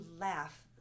laugh